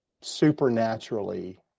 supernaturally